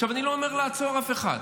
אני לא אומר לעצור אף אחד,